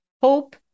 hope